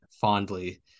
fondly